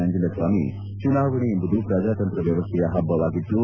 ನಂಜುಂಡಸ್ವಾಮಿ ಚುನಾವಣೆ ಎಂಬುದು ಪ್ರಜಾತಂತ್ರ ವ್ಯವಸ್ಥೆಯ ಹಬ್ಬವಾಗಿದ್ದು